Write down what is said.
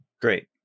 Great